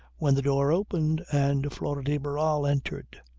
when the door opened and flora de barral entered.